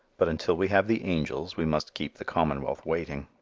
but until we have the angels we must keep the commonwealth waiting.